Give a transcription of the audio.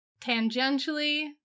tangentially